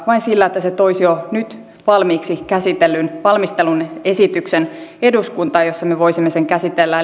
vain sillä että se toisi jo nyt valmiiksi valmistellun esityksen eduskuntaan jossa me voisimme sen käsitellä